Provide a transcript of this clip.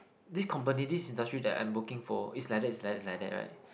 this company this industry that I'm working for is like that is like that like that [right]